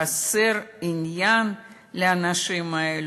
חסר עניין באנשים האלה.